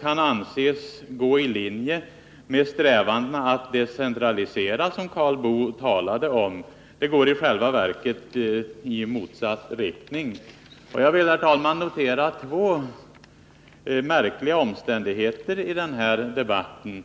kan anses gå i linje med strävandena att decentralisera, som Karl Boo talade om. Det går i själva verket i motsatt riktning. Jag vill, herr talman, notera två märkliga omständigheter i den här debatten.